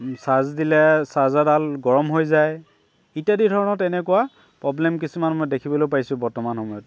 charge দিলে চাৰ্জাৰডাল গৰম হৈ যায় ইত্যাদি ধৰণৰ তেনেকুৱা প্ৰব্লেম কিছুমান মই দেখিবলৈ পাইছো বৰ্তমান সময়ত